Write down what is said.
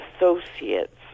associates